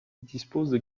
disposent